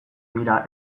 dira